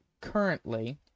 currently